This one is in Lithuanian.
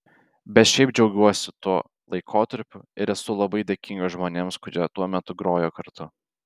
bet šiaip džiaugiuosi tuo laikotarpiu ir esu labai dėkingas žmonėms kurie tuo metu grojo kartu